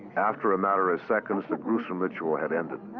after a matter of seconds, the gruesome ritual had ended.